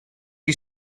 you